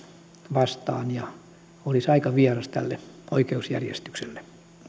vastaan ja olisi aika vieras tälle oikeusjärjestykselle minä